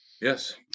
Yes